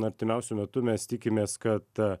artimiausiu metu mes tikimės kad